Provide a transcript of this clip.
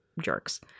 jerks